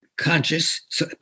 conscious